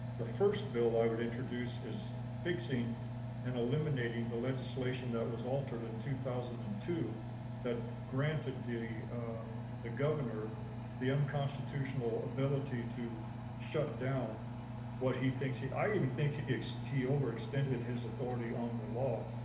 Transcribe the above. the first bill i would introduce is fixing and eliminating the legislation that was altered in two thousand and two that granted the the governor the unconstitutional ability to shut down what he thinks. i even think he overextended his authority on the law,